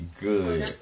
Good